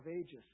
ages